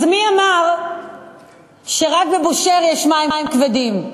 אז מי אמר שרק בבושהר יש מים כבדים?